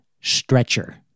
Stretcher